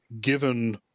given